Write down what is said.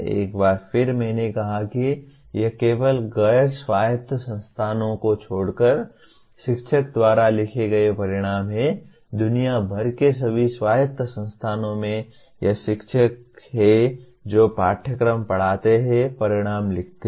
एक बार फिर मैंने कहा कि यह केवल गैर स्वायत्त संस्थानों को छोड़कर शिक्षक द्वारा लिखे गए परिणाम हैं दुनिया भर के सभी स्वायत्त संस्थानों में यह शिक्षक हैं जो पाठ्यक्रम पढ़ाते हैं परिणाम लिखते हैं